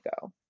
go